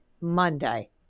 Monday